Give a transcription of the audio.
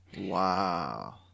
Wow